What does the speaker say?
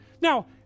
Now